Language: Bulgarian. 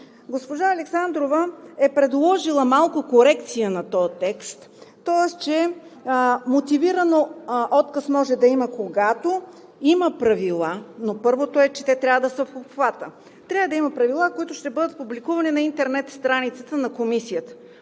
Госпожа Александрова е предложила малко корекция на този текст, тоест, че мотивиран отказ може да има, когато има правила. Но първото е, че те трябва да са в обхвата. Трябва да има правила, които ще бъдат публикувани на интернет страницата на Комисията.